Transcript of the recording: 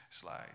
slide